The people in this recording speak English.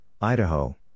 Idaho